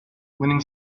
winning